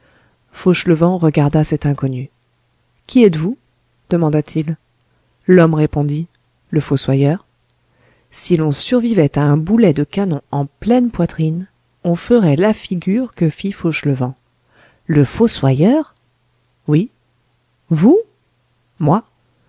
fauchelevent regarda cet inconnu qui êtes-vous demanda-t-il l'homme répondit le fossoyeur si l'on survivait à un boulet de canon en pleine poitrine on ferait la figure que fit fauchelevent le fossoyeur oui vous moi